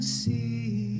see